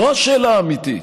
זו השאלה האמיתית.